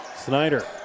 Snyder